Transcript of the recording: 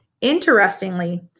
Interestingly